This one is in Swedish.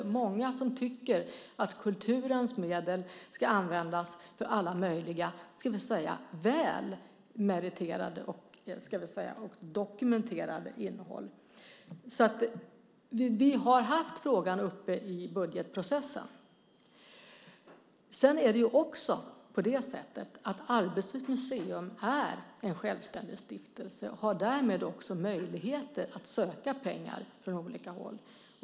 Det är många som tycker att kulturens medel ska användas för alla möjliga väl meriterade och dokumenterade, ska vi säga, innehåll. Vi har haft frågan uppe i budgetprocessen. Sedan är det också på det sättet att Arbetets museum är en självständig stiftelse och därmed också har möjligheter att söka pengar från olika håll.